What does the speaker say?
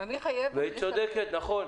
והיא צודקת, נכון,